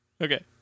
Okay